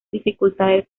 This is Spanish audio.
dificultades